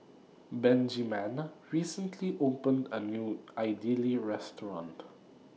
Benjiman recently opened A New Idili Restaurant